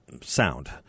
sound